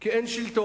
כי אין שלטון,